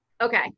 okay